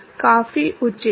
काफी उचित